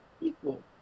Equal